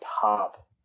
top